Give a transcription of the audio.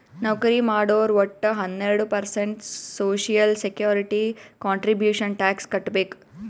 ನೌಕರಿ ಮಾಡೋರು ವಟ್ಟ ಹನ್ನೆರಡು percent social security contribution tax ಕಟ್ಬೇಕ್